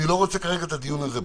אני לא רוצה כרגע את הדיון הזה פה.